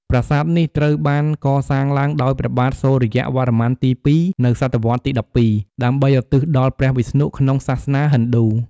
ប្រាសាទនេះត្រូវបានកសាងឡើងដោយព្រះបាទសូរ្យវរ្ម័នទី២ នៅសតវត្សទី១២ ដើម្បីឧទ្ទិសដល់ព្រះវិស្ណុក្នុងសាសនាហិណ្ឌូ។